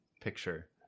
picture